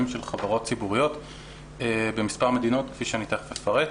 של חברות ציבוריות במספר מדינות כפי שאני תכף אפרט.